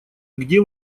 где